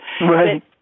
Right